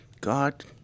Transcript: God